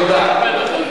הדברים.